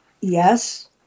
Yes